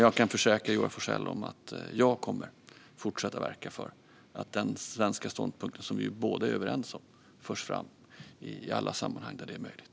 Jag kan försäkra Joar Forssell att jag kommer att fortsätta att verka för att den svenska ståndpunkt som vi båda är överens om förs fram i alla sammanhang där det är möjligt.